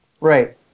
Right